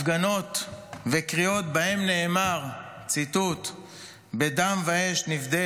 הפגנות וקריאות שבהן נאמר "בדם ואש נפדה